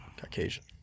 Caucasian